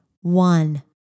One